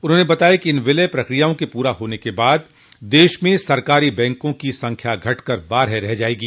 उन्होंने बताया कि इन विलय प्रक्रियाओं के पूरा होने के बाद देश में सरकारी बैंकों की संख्या घट कर बारह रह जायेगी